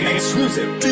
Exclusive